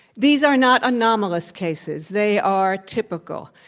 these are not anomalous cases. they are typical.